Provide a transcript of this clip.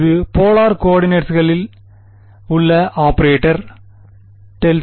இது போலார் கோஆர்டினேட்ஸ்களில் உள்ள ஆபரேட்டர் ∇2